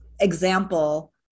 example